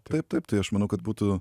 taip taip tai aš manau kad būtų